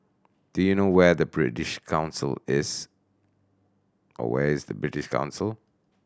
do you know where the British Council is where is British Council